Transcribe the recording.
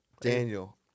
Daniel